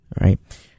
right